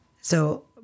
So-